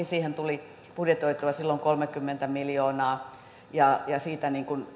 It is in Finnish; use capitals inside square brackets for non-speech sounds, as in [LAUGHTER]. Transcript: [UNINTELLIGIBLE] siihen tuli budjetoitua silloin kolmekymmentä miljoonaa ja siitä